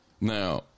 Now